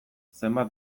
zenbat